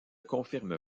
confirme